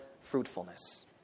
fruitfulness